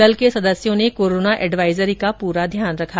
दल के सदस्यों ने कोरोना एडवाइजरी का पूरा ध्यान रखा